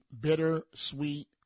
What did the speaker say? bittersweet